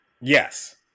Yes